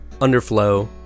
Underflow